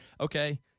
Okay